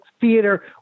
theater